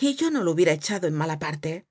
y yo no lo hubiera echado en mala parte